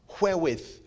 wherewith